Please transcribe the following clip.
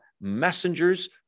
messengers